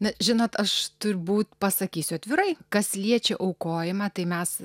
na žinot aš turbūt pasakysiu atvirai kas liečia aukojimą tai mes